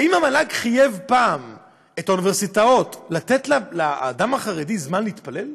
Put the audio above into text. האם המל"ג חייב פעם את האוניברסיטאות לתת לאדם החרדי זמן להתפלל?